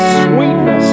sweetness